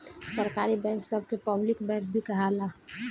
सरकारी बैंक सभ के पब्लिक बैंक भी कहाला